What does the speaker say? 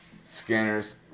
Scanners